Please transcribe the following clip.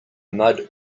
mud